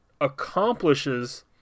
accomplishes